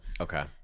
Okay